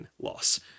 loss